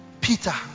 Peter